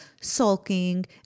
sulking